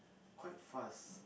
quite fast